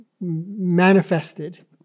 Manifested